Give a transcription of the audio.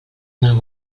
mal